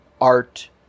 art